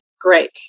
Great